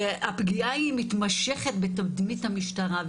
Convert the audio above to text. הפגיעה היא מתמשכת בתדמית המשטרה.